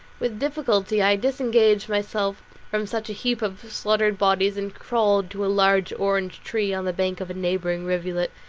with difficulty i disengaged myself from such a heap of slaughtered bodies, and crawled to a large orange tree on the bank of a neighbouring rivulet,